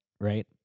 right